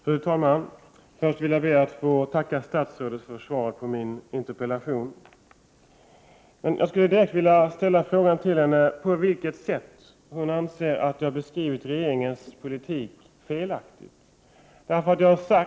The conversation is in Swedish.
Fru talman! Först vill jag be att få tacka statsrådet för svaret på min interpellation. Jag vill fråga henne på vilket sätt hon anser att jag har beskrivit regeringens politik felaktigt.